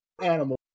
animal